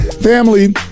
Family